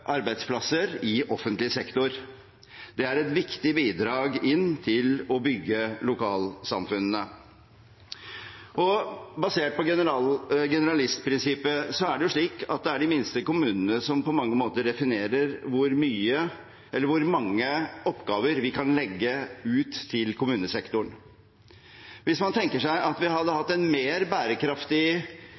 arbeidsplasser i offentlig sektor. Det er et viktig bidrag inn til å bygge lokalsamfunnene. Basert på generalistprinsippet er det jo slik at det er de minste kommunene som på mange måter definerer hvor mange oppgaver vi kan legge ut til kommunesektoren. Hvis man tenker seg at vi hadde hatt en mer bærekraftig